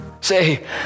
say